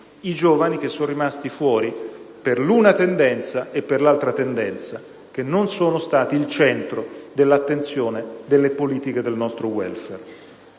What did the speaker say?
i giovani sono rimasti fuori, per l'una tendenza e per l'altra tendenza, non sono stati il centro dell'attenzione delle politiche del nostro *welfare*.